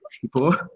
people